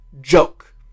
joke